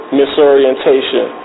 misorientation